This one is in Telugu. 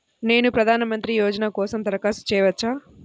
నేను ప్రధాన మంత్రి యోజన కోసం దరఖాస్తు చేయవచ్చా?